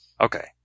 Okay